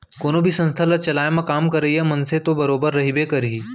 कोनो भी संस्था ल चलाए म काम करइया मनसे तो बरोबर रहिबे करही